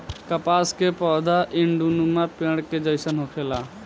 कपास के पौधा झण्डीनुमा पेड़ के जइसन होखेला